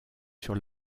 sur